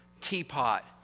teapot